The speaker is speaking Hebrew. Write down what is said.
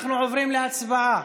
אנחנו עוברים להצבעה.